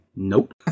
Nope